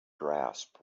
grasp